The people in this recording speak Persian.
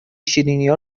شیرینیا